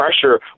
pressure